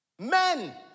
Men